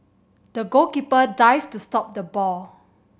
the goalkeeper dived to stop the ball